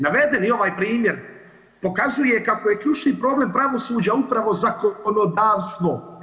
Navedeni ovaj primjer pokazuje kako je ključni problem pravosuđa upravo zakonodavstvo.